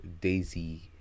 Daisy